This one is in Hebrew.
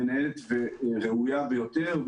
שנבחרה מנהלת ראויה ביותר,